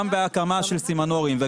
גם בהקמה של סימנורים ,